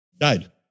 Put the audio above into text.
died